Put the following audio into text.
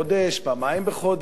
לפעמים פעם בשבוע,